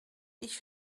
ich